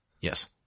Yes